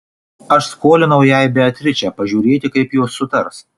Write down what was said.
aš skolinau jai beatričę pažiūrėti kaip jos sutars